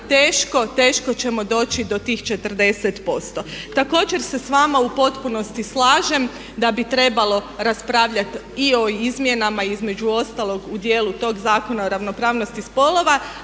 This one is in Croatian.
vremena teško ćemo doći do tih 40%. Također se s vama u potpunosti slažem da bi trebalo raspravljati i o izmjenama između ostalog u djelu tog zakona o ravnopravnosti spolova